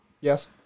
Yes